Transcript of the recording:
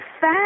fat